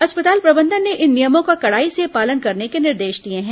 अस्पताल प्रबंधन ने इन नियमों का कड़ाई से पालन करने के निर्देश दिए हैं